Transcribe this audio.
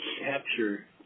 capture